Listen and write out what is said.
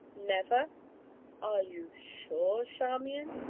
never are you sure, charmian?